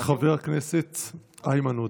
חבר הכנסת איימן עודה,